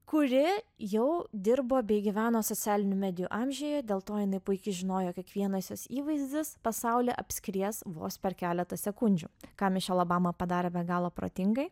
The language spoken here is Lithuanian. kuri jau dirbo bei gyveno socialinių medijų amžiuje dėl to jinai puikiai žinojo kiekvienas jos įvaizdis pasaulį apskries vos per keletą sekundžių kam mišel obama padaro be galo protingai